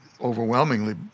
overwhelmingly